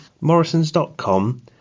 Morrisons.com